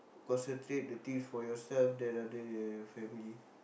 concentrate the things for yourself than rather than your family